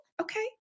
Okay